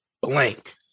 blank